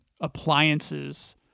appliances